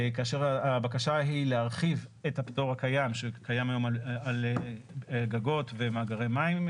כאשר הבקשה היא להרחיב את הפטור שקיים היום על גגות ומאגרי מים,